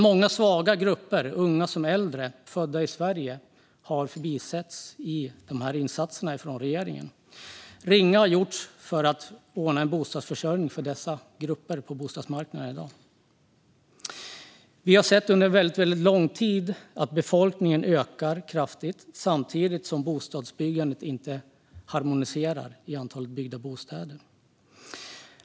Många svaga grupper, unga som äldre födda i Sverige, har förbisetts i dessa insatser från regeringen. Mycket lite har gjorts för att ordna bostadsförsörjning för dessa grupper på bostadsmarknaden. Vi har under lång tid sett att befolkningen ökar kraftigt utan att bostadsbyggandet följer med.